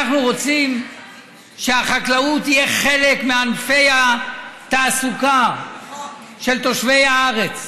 אנחנו רוצים שהחקלאות תהיה חלק מענפי התעסוקה של תושבי הארץ.